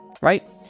right